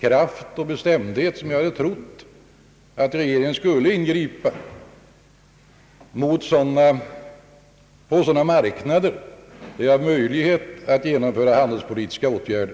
kraft och bestämdhet skulle ingripa på sådana marknader där vi har möjlighet att genomföra handelspolitiska åtgärder.